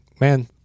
man